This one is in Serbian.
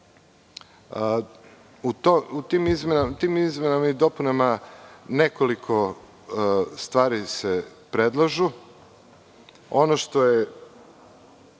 U tim izmenama i dopunama nekoliko stvari se predlaže. Ono što je,